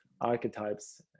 archetypes